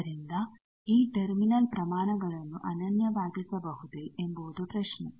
ಆದ್ದರಿಂದ ಈ ಟರ್ಮಿನಲ್ ಪ್ರಮಾಣಗಳನ್ನು ಅನನ್ಯವಾಗಿಸಬಹುದೇ ಎಂಬುದು ಪ್ರಶ್ನೆ